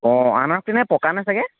অ আনাৰস পকানে চাগৈ